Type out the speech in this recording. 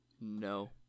No